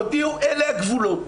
הודיעו 'אלה הגבולות'.